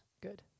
good